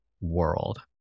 world